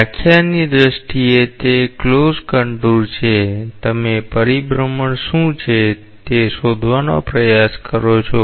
વ્યાખ્યાની દ્રષ્ટિએ તે close contour છે તમે પરિભ્રમણ શું છે તે શોધવાનો પ્રયાસ કરો